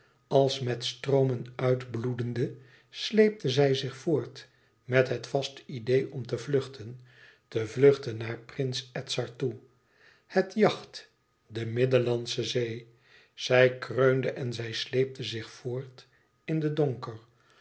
als met stroomen uitbloedende sleepte zij zich voort met het vaste idee om te vluchten te vluchten naar prins edzard toe het yacht de middellandsche zee zij kreunde en zij sleepte zich voort in den donker